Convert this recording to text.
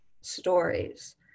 stories